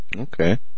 Okay